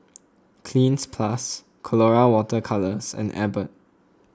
Cleanz Plus Colora Water Colours and Abbott